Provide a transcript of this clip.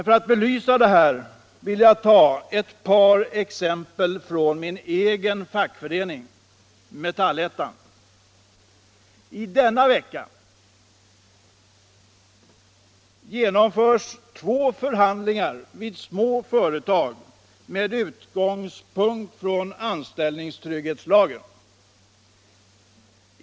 För att belysa detta vill jag ta ett par exempel från min egen fackförening, Metallettan. Denna vecka genomförs två förhandlingar med små företag med utgångspunkt i anställningstrygghetslagen.